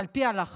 על פי ההלכה,